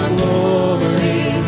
glory